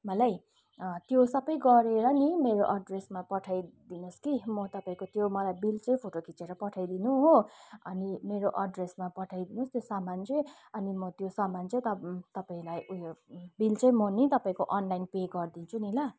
मलाई त्यो सबै गरेर नि मेरो अड्रेसमा पठाइदिनुस् कि म तपाईँको त्यो मलाई बिल चाहिँ फोटो खिचेर पठाइदिनु हो अनि मेरो अड्रेसमा पठाइदिनु त्यो सामान चाहिँ अनि म त्यो सामान चाहिँ तपाईँलाई उयो बिल चाहिँ म नि तपाईँको अनलाइन पे गरिदिन्छु नि ल